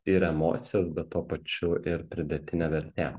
ir emocijos bet tuo pačiu ir pridėtinė vertė